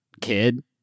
kid